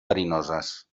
verinoses